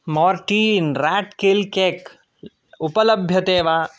Mortein rat kill cake उपलभ्यते वा